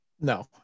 No